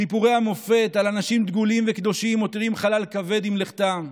סיפורי המופת על אנשים דגולים וקדושים מותירים חלל כבד עם לכתם.